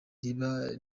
riba